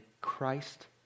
Christ